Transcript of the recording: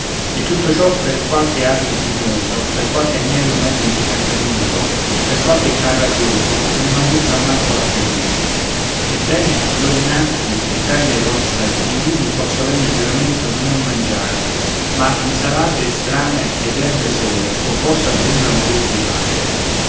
e tutto ciò per qualche asin tignoso per qualche agnello mezzo incancrenito per qualche can rabbioso che non aguzzan manco l'appetito ebbene d'ora innanzi e carne ed ossa di vivi fo solenne giuramento di non mangiare ma insalate e strame ed erbe sole o possa prima morir di fame